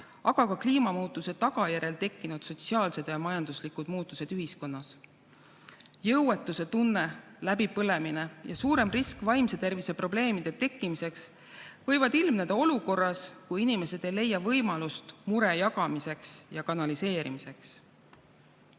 aga ka kliima soojenemise tagajärjel tekkinud sotsiaalsed ja majanduslikud muutused ühiskonnas. Jõuetusetunne, läbipõlemine ja suurem risk vaimse tervise probleemide tekkimiseks võivad ilmneda olukorras, kui inimesed ei leia võimalust mure jagamiseks ja kanaliseerimiseks.